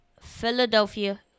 Philadelphia